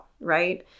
right